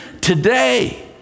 today